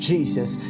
Jesus